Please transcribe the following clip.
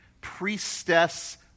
priestess